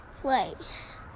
place